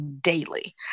daily